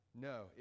No